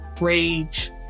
rage